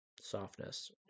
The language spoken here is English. softness